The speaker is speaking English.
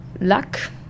luck